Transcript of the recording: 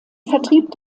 vertrieb